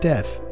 Death